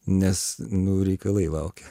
nes nu reikalai laukia